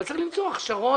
אבל צריך למצוא הכשרות.